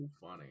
funny